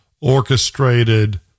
orchestrated